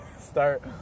start